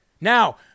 Now